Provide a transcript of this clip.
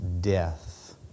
death